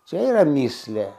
čia yra mįslė